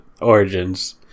Origins